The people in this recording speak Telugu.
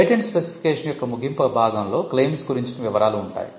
పేటెంట్ స్పెసిఫికేషన్ యొక్క ముగింపు భాగంలో క్లెయిమ్స్ గురించిన వివరాలు ఉంటాయి